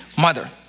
mother